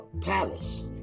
palace